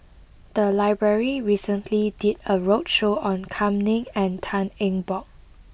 the library recently did a roadshow on Kam Ning and Tan Eng Bock